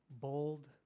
Bold